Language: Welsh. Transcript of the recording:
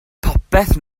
popeth